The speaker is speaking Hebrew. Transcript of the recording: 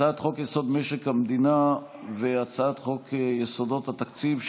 הצעת חוק-יסוד: משק המדינה והצעת חוק יסודות התקציב,